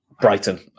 Brighton